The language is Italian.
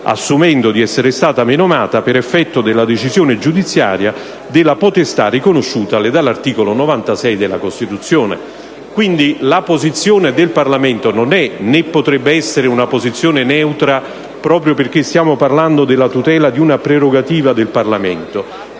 assumendo di essere stata menomata per effetto della decisione giudiziaria della potestà riconosciutale dall'articolo 96 della Costituzione. Quindi, la posizione del Parlamento non è né potrebbe essere una posizione neutra, proprio perché stiamo parlando della tutela di una prerogativa del Parlamento.